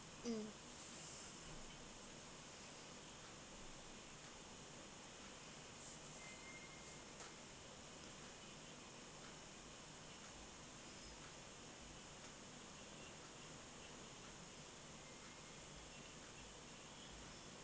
mm